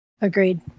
Agreed